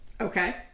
Okay